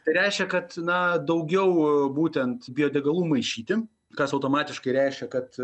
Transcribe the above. tai reiškia kad na daugiau būtent biodegalų maišyti kas automatiškai reiškia kad